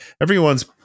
everyone's